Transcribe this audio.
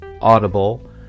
Audible